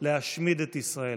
להשמיד את ישראל.